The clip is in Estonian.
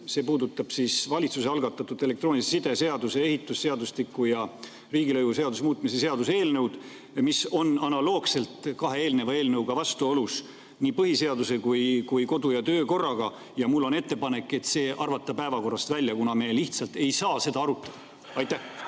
lugemisel valitsuse algatatud elektroonilise side seaduse, ehitusseadustiku ja riigilõivuseaduse muutmise seaduse eelnõu, mis on analoogselt kahe [eelmärgitud] eelnõuga vastuolus nii põhiseadusega kui kodu- ja töökorraga. Mul on ettepanek arvata see päevakorrast välja, kuna me lihtsalt ei saa seda arutada. Aitäh!